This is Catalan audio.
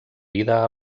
vida